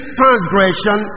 transgression